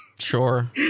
sure